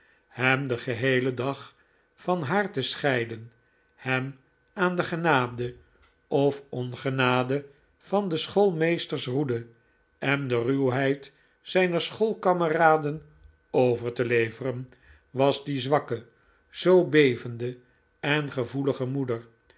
hem den geheelen dag van haar te scheiden hem aan de genade of ongenade van de schoolmeesters roede en de ruwheid zijner schoolkameraden over te leveren was die zwakke zoo bevende en gevoelige moeder